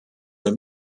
the